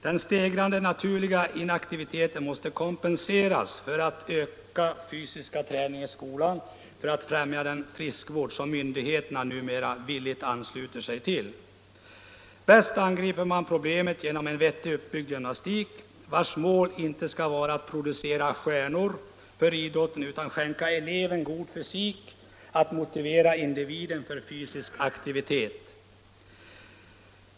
Den stegrade naturliga inaktiviteten måste kompenseras genom ökad fysisk träning i skolan för att främja den friskvård som myndigheterna numera villigt ansluter sig till. Bäst angriper man problemet genom en vettigt uppbyggd gymnastik, vars mål inte skall vara att producera stjärnor för idrotten, utan att skänka eleven en god fysik, att motivera individen för fysisk aktivitet.